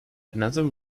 another